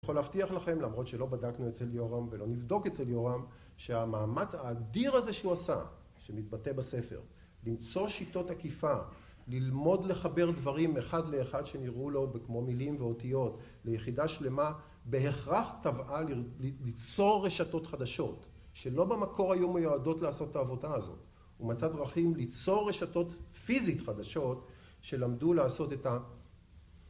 אני יכול להבטיח לכם, למרות שלא בדקנו אצל יורם ולא נבדוק אצל יורם, שהמאמץ האדיר הזה שהוא עשה, שמתבטא בספר, למצוא שיטות עקיפה, ללמוד לחבר דברים אחד לאחד שנראו לו כמו מילים ואותיות, ליחידה שלמה, בהכרח טבעה ליצור רשתות חדשות, שלא במקור היו מיועדות לעשות את העבודה הזאת. הוא מצא דרכים ליצור רשתות פיזית חדשות, שלמדו לעשות את ה...